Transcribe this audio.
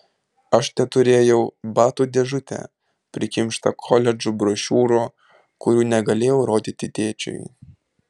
aš teturėjau batų dėžutę prikimštą koledžų brošiūrų kurių negalėjau rodyti tėčiui